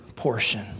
portion